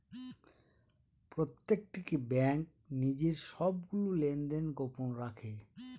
প্রত্যেকটি ব্যাঙ্ক নিজের সবগুলো লেনদেন গোপন রাখে